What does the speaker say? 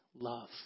love